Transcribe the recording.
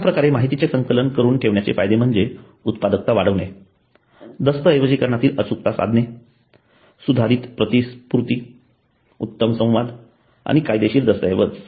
अश्या प्रकारे माहितीचे संकलन करून ठेवण्याचे फायदे म्हणजे उत्पादकता वाढवणे दस्तऐवजीकरणातील अचूकता साधने सुधारित प्रतिपूर्ती उत्तम संवाद आणि कायदेशीर दस्तऐवज